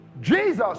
Jesus